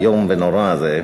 האיום ונורא הזה,